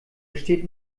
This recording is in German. besteht